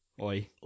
Oi